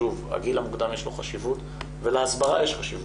שוב, הגיל המוקדם יש לו חשיבות ולהסברה יש חשיבות,